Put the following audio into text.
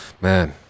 Man